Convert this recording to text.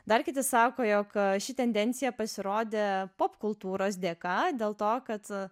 dar kiti sako jog ši tendencija pasirodė popkultūros dėka dėl to kad